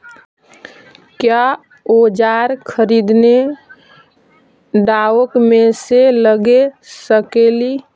क्या ओजार खरीदने ड़ाओकमेसे लगे सकेली?